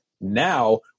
Now